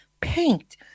paint